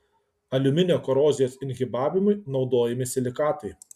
aliuminio korozijos inhibavimui naudojami silikatai